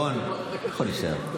רון, אתה יכול להישאר.